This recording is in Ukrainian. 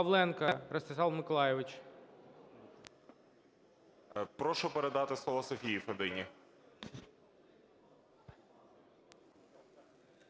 Прошу передати слово Софії Федині.